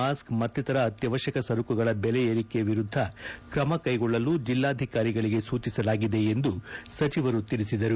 mask ಮತ್ತಿತರ ಅತ್ಯವಶ್ಯಕ ಸರಕುಗಳ ಬೆಲೆ ಏರಿಕೆ ವಿರುದ್ದ ಕ್ರಮ ಕೈಗೊಳ್ಳಲು ಜಿಲ್ಲಾಧಿಕಾರಿಗಳಿಗೆ ಸೂಚಿಸಲಾಗಿದೆ ಎಂದು ಸಚಿವರು ತಿಳಿಸಿದರು